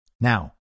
Now